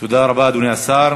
תודה רבה, אדוני השר.